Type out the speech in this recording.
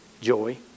Joy